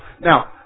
Now